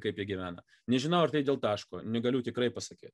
kaip jie gyvena nežinau ar tai dėl taško negaliu tikrai pasakyt